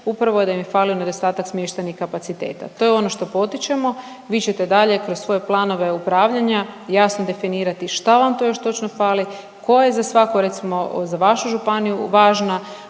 upravo da im je falio nedostatak smještajnih kapaciteta. To je ono što potičemo. Vi čete dalje kroz svoje planove upravljanja jasno definirati šta vam to još točno fali, koje je za svako recimo, za vašu županiju važna